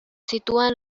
sitúan